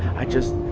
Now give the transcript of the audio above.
i just,